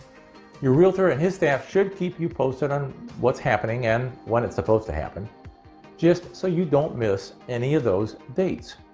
your realtor and his staff should keep you posted on what's happening and when it's supposed to happen just so you don't miss any of those dates.